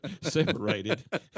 separated